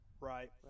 right